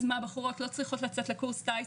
אז מה בחורות לא צריכות לצאת לקורס טיס,